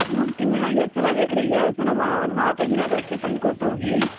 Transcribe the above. ನಿಮ್ಗೆ ತಿಂಗಳಾಗ್ ಎಷ್ಟು ಸಲ ಬೇಕು ರೀ ಗ್ಯಾಸ್ ನಮ್ಮ ನಾಲಕ್ಕೈದು ದಿನಾಯ್ತು ಅಷ್ಟೇ ತಂದ್ಕೊಟ್ಟು ಹೋಗಿ